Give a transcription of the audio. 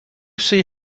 see